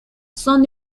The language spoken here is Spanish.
son